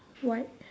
white